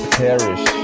perish